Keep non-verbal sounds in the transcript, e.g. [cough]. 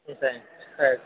[unintelligible]